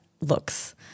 looks